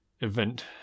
event